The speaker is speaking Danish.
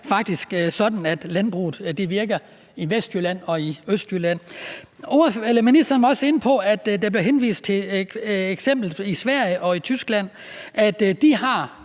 faktisk er sådan, landbruget virker i Vestjylland og i Østjylland. Ministeren var også inde på, at der blev henvist til et eksempel fra Sverige og Tyskland om, at de har